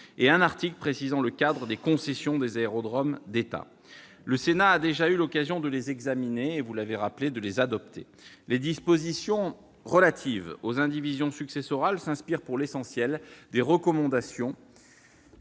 et un article précisant le cadre des concessions des aérodromes d'État. Le Sénat a déjà eu l'occasion de les examiner et de les adopter. Les dispositions relatives aux indivisions successorales s'inspirent, pour l'essentiel, des recommandations